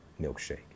milkshake